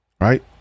Right